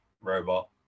robot